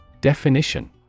Definition